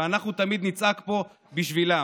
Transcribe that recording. אבל אנחנו תמיד נצעק פה בשבילם.